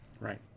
right